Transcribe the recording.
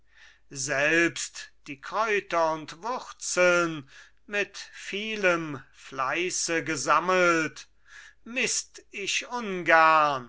selbst die kräuter und wurzeln mit vielem fleiße gesammelt mißt ich ungern